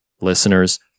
listeners